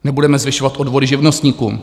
Nebudeme zvyšovat odvody živnostníkům.